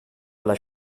alla